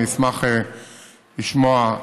אשמח לשמוע,